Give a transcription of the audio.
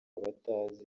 batazi